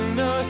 no